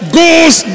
goes